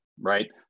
right